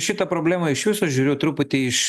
šitą problemą iš viso žiūriu truputį iš